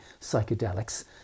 psychedelics